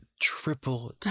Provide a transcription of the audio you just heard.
triple